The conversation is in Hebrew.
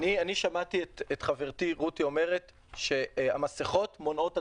אני שמעתי את חברתי רותי אומרת שמסיכות מונעות הדבקה.